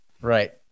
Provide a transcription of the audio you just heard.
Right